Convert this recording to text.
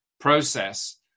process